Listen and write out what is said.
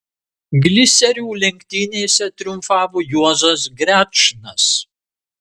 gliserių lenktynėse triumfavo juozas grečnas